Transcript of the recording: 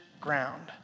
ground